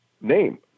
name